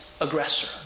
aggressor